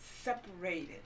separated